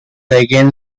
again